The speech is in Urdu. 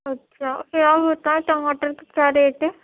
اچھا فی الحال بتاؤ ٹماٹر کے کیا ریٹ ہیں